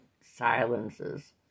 silences